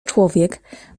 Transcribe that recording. człowiek